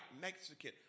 Mexican